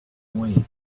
away